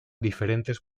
diferentes